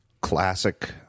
classic